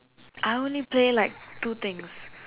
I only play like two things